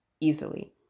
easily